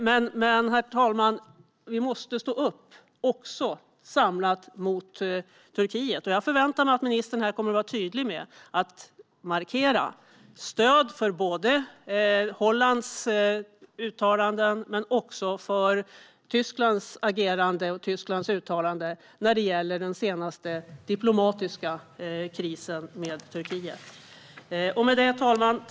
Men, herr talman, vi måste stå upp samlat mot Turkiet. Jag förväntar mig att ministern här tydligt kommer att markera stöd både för Hollands uttalanden och för Tysklands agerande när det gäller den senaste diplomatiska krisen med Turkiet. Herr talman!